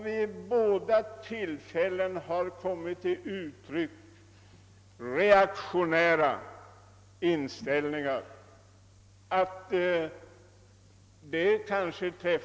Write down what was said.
Vid båda tillfällena har reaktionära inställningar kommit till uttryck.